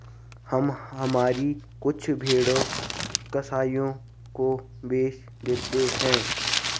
हम हमारी कुछ भेड़ें कसाइयों को बेच देते हैं